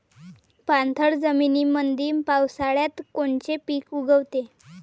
पाणथळ जमीनीमंदी पावसाळ्यात कोनचे पिक उगवते?